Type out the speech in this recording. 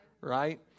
right